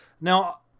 Now